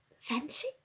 Fancy